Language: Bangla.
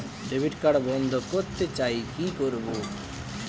ডেবিট কার্ড বন্ধ করতে চাই কি করব?